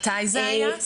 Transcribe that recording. מתי זה היה,